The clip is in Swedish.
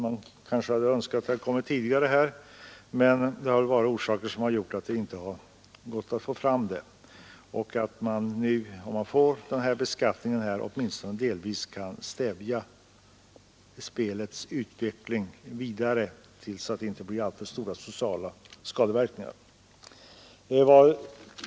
Man kunde ha önskat att det hade kommit tidigare, men det har väl funnits omständigheter som har gjort det omöjligt. Genom den beskattning som nu föreslås kan ju åtminstone spelets vidare utveckling delvis stävjas, så att det inte får alltför stora sociala skadeverkningar.